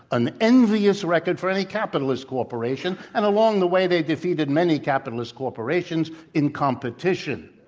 an envious record for any capitalist corporation, and along the way they defeated many capitalist corporations in competition.